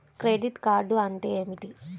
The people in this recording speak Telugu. క్రెడిట్ కార్డ్ అంటే ఏమిటి?